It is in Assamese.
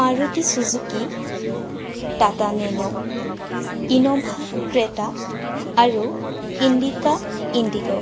Maruti Suzuki Tata Nano Innova Creta আৰু ইণ্ডিকা ইণ্ডিগ'